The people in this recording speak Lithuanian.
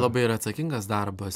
labai yra atsakingas darbas